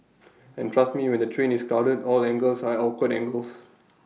and trust me when the train is crowded all angles are awkward angles